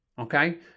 okay